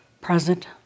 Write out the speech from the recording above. present